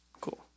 Cool